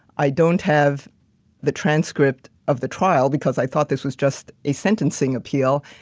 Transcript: i don't have the transcript of the trial because i thought this was just a sentencing appeal.